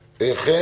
אותך.